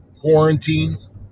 quarantines